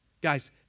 Guys